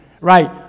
Right